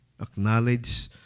Acknowledge